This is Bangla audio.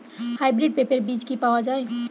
হাইব্রিড পেঁপের বীজ কি পাওয়া যায়?